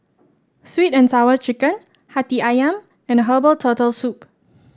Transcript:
sweet and Sour Chicken hati ayam and Herbal Turtle Soup